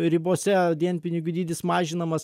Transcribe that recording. ribose dienpinigių dydis mažinamas